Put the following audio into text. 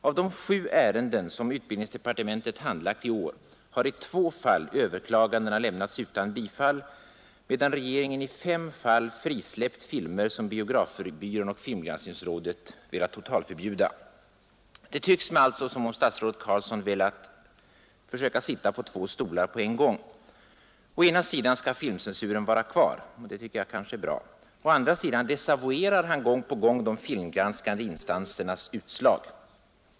I de sju ärenden som utbildningsdepartementet handlagt i år har i två fall överklagandena lämnats utan bifall, medan regeringen i fem fall frisläppt filmer som biografbyrån och filmgranskningsrådet velat totalförbjuda. Det tycks mig alltså som om statsrådet Carlsson velat försöka sitta på två stolar på en gång. Å ena sidan skall filmcensuren vara kvar — och det tycker jag kanske är bra. Å andra sidan desavuerar han gång på gång de filmgranskande instansernas utslag.